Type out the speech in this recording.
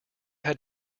had